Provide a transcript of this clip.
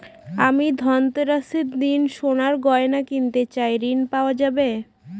আমি ধনতেরাসের দিন সোনার গয়না কিনতে চাই ঝণ পাওয়া যাবে?